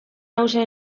hauxe